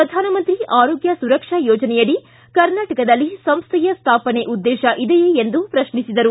ಪ್ರಧಾನಮಂತ್ರಿ ಆರೋಗ್ಯ ಸುರಕ್ಷಾ ಯೋಜನೆಯಡಿ ಕರ್ನಾಟಕದಲ್ಲಿ ಸಂಸ್ಥೆಯ ಸ್ಥಾಪನೆ ಉದ್ದೇಶ ಇದೆಯೇ ಎಂದು ಪ್ರಶ್ನಿಸಿದರು